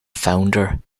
founder